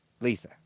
Lisa